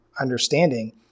understanding